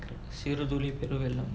சிறு துளி பேரு வெள்ளம்:siru thuli peru vellam